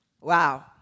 Wow